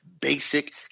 basic